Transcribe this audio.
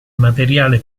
materiale